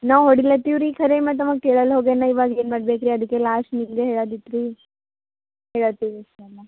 ನಾವು ಹೊಡಿಲತೀವಿ ರೀ ಖರೇ ಮತ್ತೆ ಅವಾ ಕೇಳಲ್ಲ ಹೋಗ್ಯಾನೆ ಇವಾಗ ಏನು ಮಾಡ್ಬೇಕು ರೀ ಅದಕ್ಕೆ ಲಾಸ್ಟ್ ನಿಮಗೇ ಹೇಳಾದಿತ್ತು ರೀ ಹೇಳ್ತೀವಿ ವಿಷಯನ